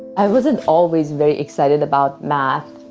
i wasn't always very excited about math,